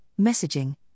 messaging